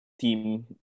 team